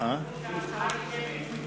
שההצבעה היא שמית.